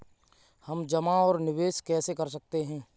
हम जमा और निवेश कैसे कर सकते हैं?